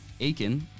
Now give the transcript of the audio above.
Aiken